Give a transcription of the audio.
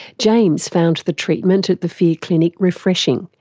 james found the treatment at the fear clinic refreshing,